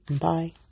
Bye